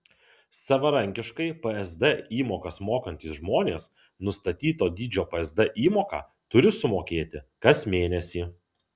savarankiškai psd įmokas mokantys žmonės nustatyto dydžio psd įmoką turi sumokėti kas mėnesį